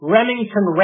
Remington